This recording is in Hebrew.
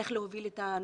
איך להוביל שם את הנושא,